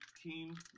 team